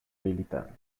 militar